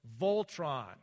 Voltron